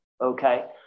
Okay